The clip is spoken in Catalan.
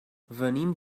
venim